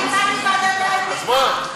אני הצעתי ועדת האתיקה.